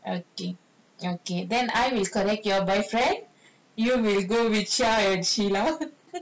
okay okay then I will correct your boyfriend you will go with chia and sheela